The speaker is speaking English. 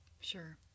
Sure